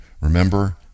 Remember